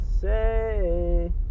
say